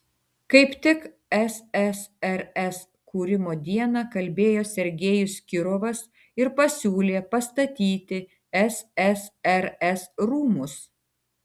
kaip tik ssrs kūrimo dieną kalbėjo sergejus kirovas ir pasiūlė pastatyti ssrs rūmus